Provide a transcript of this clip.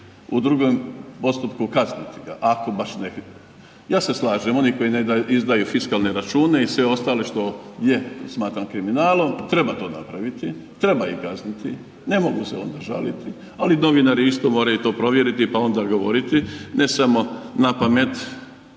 u drugom postupku kazniti ga, ako baš. Ja se slažem, oni koji ne izdaju fiskalne račune i sve ostale što je smatram kriminalom treba to napraviti, treba ih kazniti, ne mogu se onda žaliti. Ali novinari isto moraju to provjeriti pa onda govoriti ne samo napamet